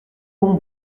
mont